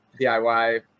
DIY